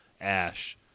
Ash